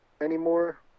anymore